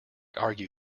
argue